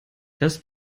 das